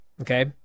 okay